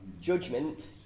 judgment